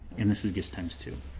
and this is gis times two.